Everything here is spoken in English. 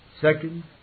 Second